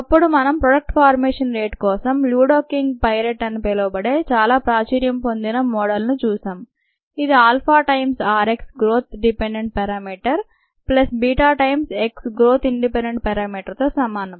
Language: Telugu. అప్పుడు మనము ప్రోడక్ట్ ఫార్మేషన్ రేట్ కోసం ల్యూడో కింగ్ పైరెట్ అని పిలవబడే చాలా ప్రాచుర్యం పొందిన మోడల్ ను చూసాము ఇది alpha times RX growth dependent parameter plus beta times x growth independent parameter తో సమానం